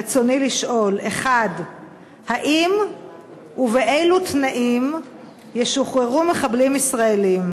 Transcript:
רצוני לשאול: 1. האם ובאילו תקנים ישוחררו מחבלים ישראלים?